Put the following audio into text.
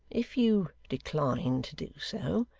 if you decline to do so,